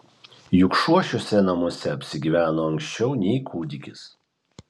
juk šuo šiuose namuose apsigyveno anksčiau nei kūdikis